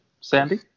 Sandy